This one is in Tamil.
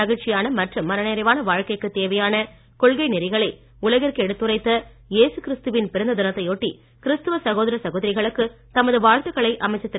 மகிழ்ச்சியான மற்றும் மனநிறைவான வாழ்க்கைக்கு தேவையான கொள்கை நெறிகளை உலகிற்கு எடுத்துரைத்த ஏசு கிறிஸ்துவின் பிறந்த தினத்தையொட்டி கிறிஸ்துவ சகோதர சகோதரிகளுக்கு தமது வாழ்த்துகளை அமைச்சர் திரு